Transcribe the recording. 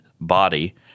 body